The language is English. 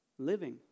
living